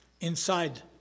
inside